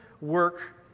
work